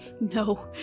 No